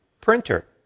printer